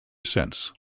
since